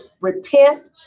repent